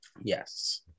Yes